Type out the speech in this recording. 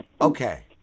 Okay